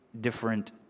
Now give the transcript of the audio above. different